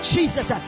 Jesus